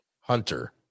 hunter